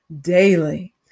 daily